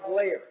layer